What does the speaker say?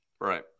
Right